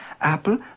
apple